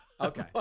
Okay